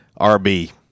RB